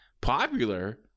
popular